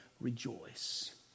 rejoice